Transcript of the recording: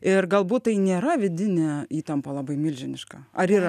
ir galbūt tai nėra vidinė įtampa labai milžiniška ar yra